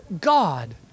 God